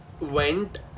went